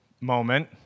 moment